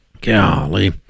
Golly